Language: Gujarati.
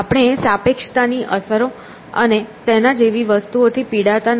આપણે સાપેક્ષતા ની અસરો અને તેના જેવી વસ્તુઓ થી પીડાતા નથી